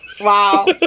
Wow